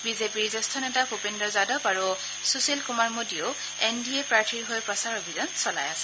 বিজেপিৰ জ্যেষ্ঠ নেতা ভূপেন্দ্ৰ যাদৱ আৰু সুশীল কুমাৰ মোডীয়েও এন ডি এ প্ৰাৰ্থীৰ হৈ প্ৰচাৰ অভিযান চলাই আছে